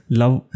love